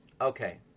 Okay